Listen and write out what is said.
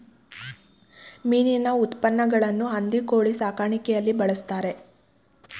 ಮೀನಿನ ಉಪಉತ್ಪನ್ನಗಳನ್ನು ಹಂದಿ ಕೋಳಿ ಸಾಕಾಣಿಕೆಯಲ್ಲಿ ಬಳ್ಸತ್ತರೆ